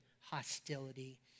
hostility